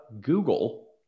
Google